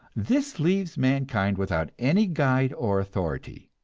this leaves mankind without any guide or authority.